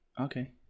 Okay